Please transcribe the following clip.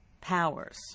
powers